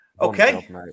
Okay